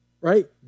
right